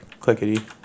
clickety